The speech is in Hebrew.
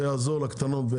זה יעזור לקטנות.